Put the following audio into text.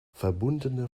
verbundene